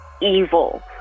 evil